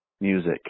music